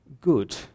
good